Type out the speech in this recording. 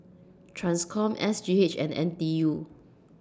TRANSCOM S G H and N T U